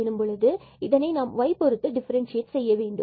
எனவே இதை நாம் y பொருத்து டிஃபரண்சியேட் செய்ய வேண்டும்